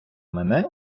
мене